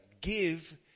give